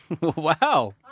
Wow